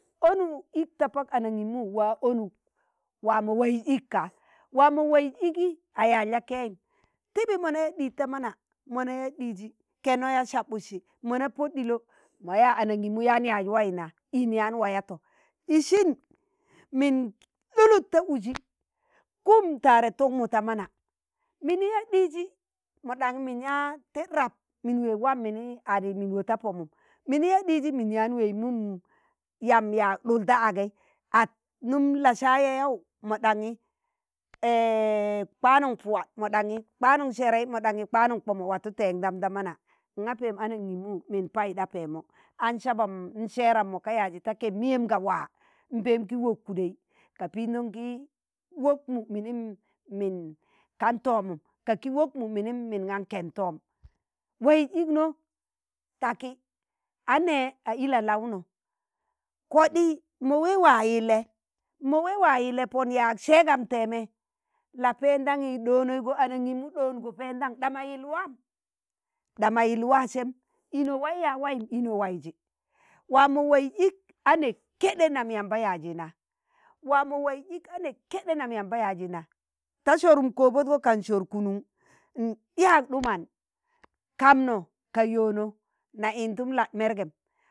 onuk ik ta pak anangimu waa onuk wa mo waiz ig ka waamo waiz igi a yaaz la'kẹyẹm, tibi mọ na yaa ɗiji ta mana mana yaa ɗiji, kẹno yaa sabụdsi, mọna pod ɗilo ma yaa anang̣imu yaan yaaz wai na inyaan wayatọ. Isin min lulud ta wuji kum tạre tụgmụ ta mana, mini yaa ɗiji mọ ɗaṇyi min yaa tid rab, min weeg waa mini adi min wobta pọmụm mini ya ɗizi min yaan weei mum yam yaag ɗụl ta agẹi at num la sa yaụ yaụ moɗaṇyi kwanun Puwa mo ɗanyi kwanun serei mo ɗaṇyi kwanun kpomo mọwata tẹṇdam da mana. ṇga pẹẹm anaṇgimu n'min paiɗa pẹẹmo, aṇ sabam aṇ sẹẹram mọ ka yaazi ta kẹb miyem ka wạ npem ki wok kuɗe. ka pimdon gi wok mu minim min kan tọọmum ka ki wok mu mim gan kẹn toom waiz ik no taki a nẹẹ a ila'laụnọ koɗii mo wee waa yile, mo wee waa yile pọn yaag sẹẹgam teeme la'pẹẹndanỵi ɗoonoigo anangimu ɗoongo pẹẹndan ɗa ma yilwaam, ɗama yil waa sẹm ino wai yaa wayim? Ino waiji waa mọ waiz ik ane keɗe nam yamba yaazi na, waa mọ waiz ik a ne keɗe nam yamba yaazi na ta sọrum kobodgo, kan sọr kunuṇ nyaag ɗụman kamnọ ka yọno na indun Lad'mẹrgẹm,